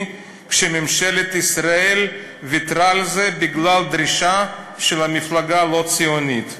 כשממשלת ישראל ויתרה על זה בגלל דרישה של המפלגה הלא-ציונית?